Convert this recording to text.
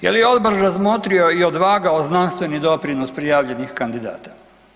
Je li odbor razmotrio i odvagao znanstveni doprinos prijavljenih kandidata?